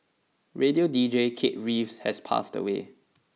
radio D J Kate Reyes has passed away